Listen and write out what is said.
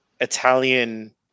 Italian